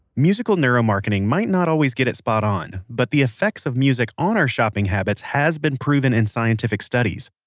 musical neuromarketing might not always get it spot on, but the effects of music on our shopping habits has been proven in scientific studies.